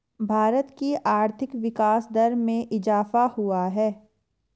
भारत की आर्थिक विकास दर में इजाफ़ा हुआ है